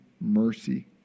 mercy